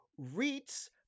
REITs